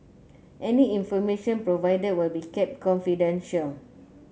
any information provided will be kept confidential